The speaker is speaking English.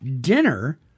dinner